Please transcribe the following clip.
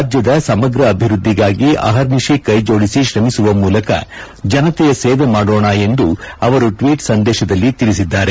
ರಾಜ್ಯದ ಸಮಗ್ರ ಅಭಿವ್ಯದ್ಲಿಗಾಗಿ ಅಹರ್ನಿತಿ ಕೈಜೋಡಿಸಿ ಶ್ರಮಿಸುವ ಮೂಲಕ ಜನತೆಯ ಸೇವೆ ಮಾಡೋಣ ಎಂದು ಅವರು ಟ್ವೀಟ್ ಸಂದೇಶದಲ್ಲಿ ತಿಳಿಸಿದ್ದಾರೆ